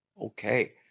Okay